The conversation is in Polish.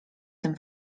tym